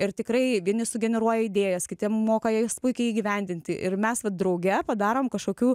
ir tikrai vieni sugeneruoja idėjas kiti moka jas puikiai įgyvendinti ir mes va drauge padarom kažkokių